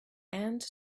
and